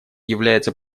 является